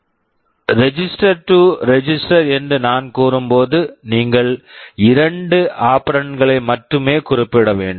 move register to register move register to register என்று நான் கூறும்போது நீங்கள் இரண்டு ஆபரண்ட்ஸ் operands களை மட்டுமே குறிப்பிட வேண்டும்